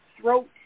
throat